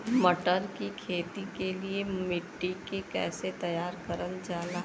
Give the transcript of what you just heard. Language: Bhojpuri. मटर की खेती के लिए मिट्टी के कैसे तैयार करल जाला?